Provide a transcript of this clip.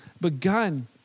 begun